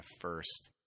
first